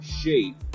shape